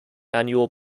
annual